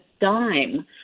dime